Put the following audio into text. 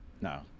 no